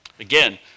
Again